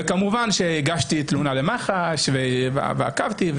כמובן הגשתי תלונה למח"ש ועקבתי,